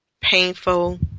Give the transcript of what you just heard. painful